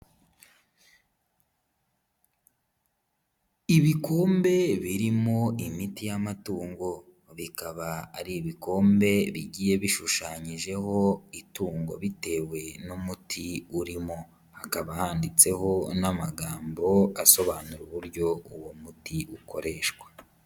Ibikombe birimo imiti y'amatungo, bikaba ari ibikombe bigiye bishushanyijeho itunngo bitewe n'umuti urimo. Hakaba handitseho n'amagambo asobanura uburyo uwo muti ukoreshwa.